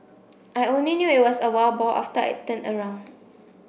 I only knew it was a wild boar after I turned around